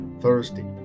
Thursday